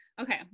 Okay